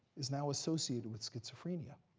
is now associated with schizophrenia.